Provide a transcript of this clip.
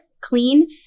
clean